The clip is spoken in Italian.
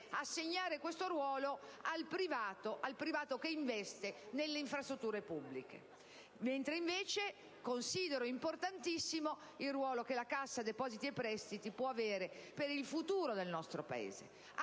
assegnare questo ruolo al privato che investe nelle infrastrutture pubbliche, mentre considero importantissimo il ruolo che la Cassa depositi e prestiti può avere per il futuro del nostro Paese.